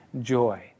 joy